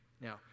Now